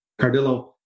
Cardillo